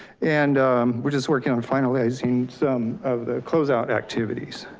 and we're just working on finalizing some of the closeout activities,